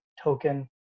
token